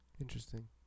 Interesting